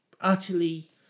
utterly